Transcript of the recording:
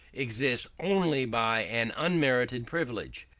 exists only by an unmerited privilege.